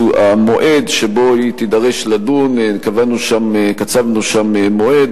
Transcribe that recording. המועד שבו היא תידרש לדון, קצבנו שם מועד.